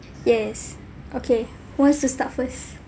yes okay who wants to start first